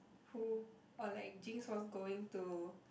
who or like jinx was going to